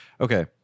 okay